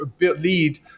lead